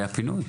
הפינוי.